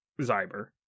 Zyber